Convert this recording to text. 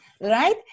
right